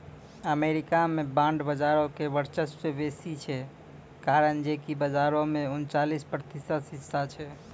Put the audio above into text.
America मे bond बजारो के वर्चस्व बेसी छै, कारण जे कि बजारो मे उनचालिस प्रतिशत हिस्सा छै